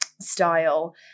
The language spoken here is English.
style